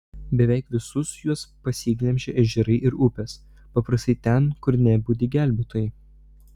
beveik visus juos pasiglemžė ežerai ir upės paprastai ten kur nebudi gelbėtojai